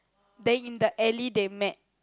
then in the alley they met